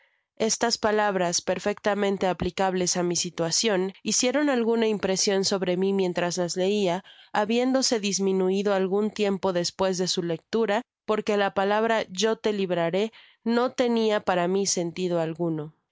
estas palabras perfectamente aplicables á mi situacion hicieron alguna impresion sobre mi mientras las leia habiéndose disminuido algun tiempo despues de su lectura porque la palabra yo le libraré ne tenia para mi sentido alguno